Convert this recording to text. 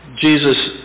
Jesus